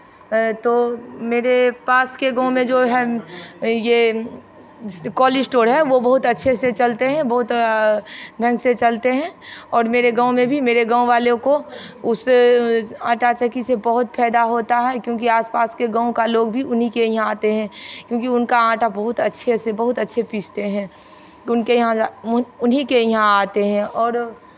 तो मेरे पास के गाँव में जो है ये कोल्ड स्टोर है वो बहुत अच्छे से चलते हैं बहुत ढंग से चलते हैं और मेरे गाँव में भी मेरे गाँव वाले को उस आटा चक्की से बहुत फायदा होता है क्योंकि आसपास के गाँव का लोग भी उन्हीं के यहाँ आते हैं क्योंकि उनका आटा बहुत अच्छे से बहुत अच्छे पीसते हैं तो उनके यहाँ उन्हीं के यहाँ आते हैं और